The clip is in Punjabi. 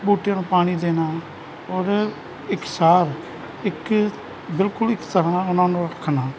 ਬੂਟਿਆਂ ਨੂੰ ਪਾਣੀ ਦੇਣਾ ਔਰ ਇੱਕ ਸਾਰ ਇੱਕ ਬਿਲਕੁਲ ਇੱਕ ਤਰ੍ਹਾਂ ਉਹਨਾਂ ਨੂੰ ਰੱਖਣਾ